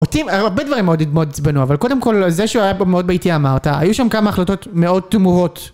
אותי, היו הרבה דברים מאוד עצבנו, אבל קודם כל זה שהוא היה פה מאוד ביטי אמרת, היו שם כמה החלטות מאוד תמוהות.